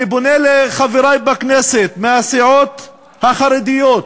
אני פונה לחברי בכנסת מהסיעות החרדיות,